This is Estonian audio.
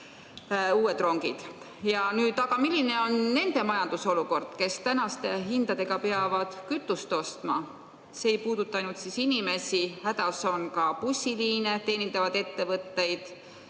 rongid. Aga milline on nende majandusolukord, kes tänaste hindadega peavad kütust ostma? See ei puuduta ainult inimesi, hädas on ka bussiliine teenindavad ettevõtted.